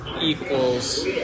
equals